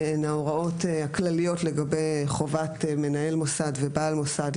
הן ההוראות הכלליות לגבי חובת מנהל מוסד ובעל מוסד,